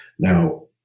Now